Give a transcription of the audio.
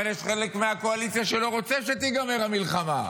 אבל יש חלק מהקואליציה שלא רוצה שתיגמר המלחמה.